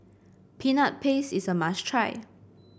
Peanut Paste is a must try